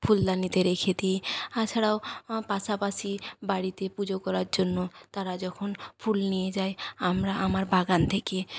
ফুলদানিতে রেখে দিই তাছাড়াও পাশাপাশি বাড়িতে পুজো করার জন্য তারা যখন ফুল নিয়ে যায় আমরা আমার বাগান থেকে